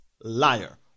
Liar